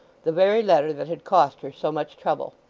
the very letter that had cost her so much trouble.